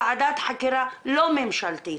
ועדת חקירה לא ממשלתית,